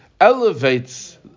elevates